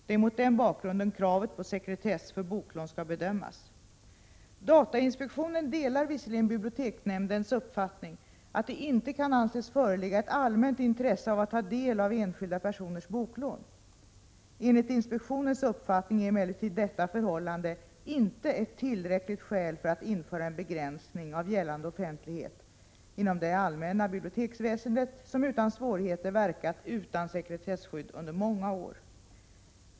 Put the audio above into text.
Det är mot den bakgrunden kravet på sekretess för boklån skall bedömas. Datainspektionen delar visserligen biblioteksnämndens uppfattning att det inte kan anses föreligga ett allmänt intresse av att ta del av enskilda personers boklån. Enligt inspektionens uppfattning är emellertid detta förhållande inte ett tillräckligt skäl för att införa en begränsning av gällande offentlighet inom det allmänna biblioteksväsendet som utan svårigheter verkat utan sekretesskydd under många år.